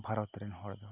ᱵᱷᱟᱨᱚᱛ ᱨᱮᱱ ᱦᱚᱲ ᱫᱚ